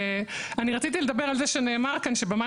אני רציתי לדבר על זה שנאמר כאן שבמים